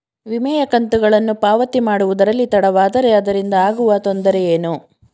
ವಿಮೆಯ ಕಂತುಗಳನ್ನು ಪಾವತಿ ಮಾಡುವುದರಲ್ಲಿ ತಡವಾದರೆ ಅದರಿಂದ ಆಗುವ ತೊಂದರೆ ಏನು?